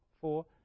Four